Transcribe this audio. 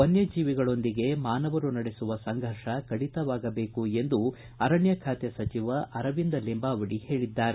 ವನ್ಯಜೀವಿಗಳೊಂದಿಗೆ ಮಾನವರು ನಡೆಸುವ ಸಂಘರ್ಷ ಕಡಿತವಾಗಬೇಕು ಎಂದು ಅರಣ್ಯ ಖಾತೆ ಸಚಿವ ಅರವಿಂದ ಲಿಂಬಾವಳಿ ಹೇಳಿದ್ದಾರೆ